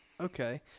Okay